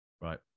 right